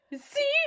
See